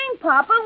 Papa